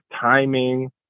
timing